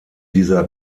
dieser